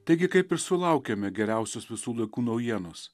taigi kaip ir sulaukėme geriausios visų laikų naujienos